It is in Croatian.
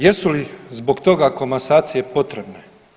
Jesu li zbog toga komasacije potrebne?